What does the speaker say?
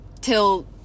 till